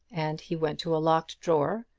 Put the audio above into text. and he went to a locked drawer,